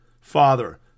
Father